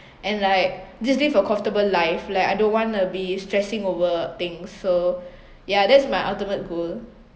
and like just live a comfortable life like I don't wanna be stressing over things so ya that's my ultimate goal